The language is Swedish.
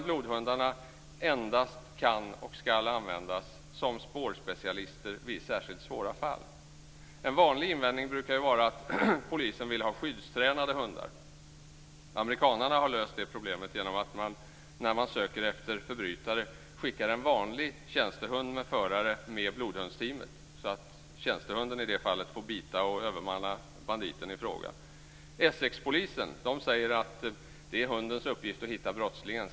Blodhundarna kan och skall däremot endast användas som spårspecialister i särskilt svåra fall. En vanlig invändning brukar vara att polisen vill ha skyddstränade hundar. Amerikanarna har löst det problemet genom att man när man söker efter förbrytare skickar en vanlig tjänstehund med förare med blodhundsteamet. I det fallet får alltså tjänstehunden bita och övermanna banditen i fråga. Essexpolisen säger att det är hundens uppgift att hitta brottslingen.